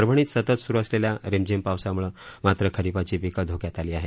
परभणीत सतत सुरू असलेल्या रिमझिम पावसामुळे मात्र खरीपाची पिकं धोक्यात आली आहेत